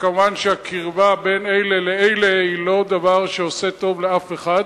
ומובן שהקרבה בין אלה לאלה היא לא דבר שעושה טוב לאף אחד.